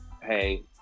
hey